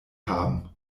haben